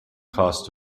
cost